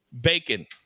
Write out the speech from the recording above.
Bacon